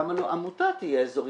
למה לא עמותה תהיה אזורית?